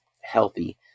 healthy